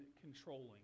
controlling